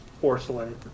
porcelain